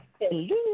Hello